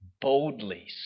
boldly